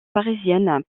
parisienne